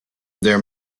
their